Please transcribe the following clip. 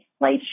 light